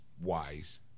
wise